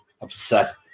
upset